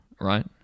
right